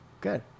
good